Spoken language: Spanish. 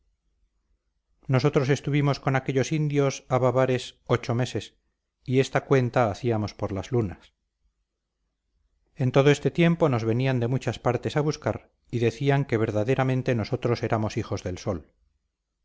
nosotros estuvimos con aquellos indios avavares ocho meses y esta cuenta hacíamos por las lunas en todo este tiempo nos venían de muchas partes a buscar y decían que verdaderamente nosotros éramos hijos del sol